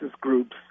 groups